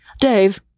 Dave